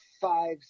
five